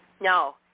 No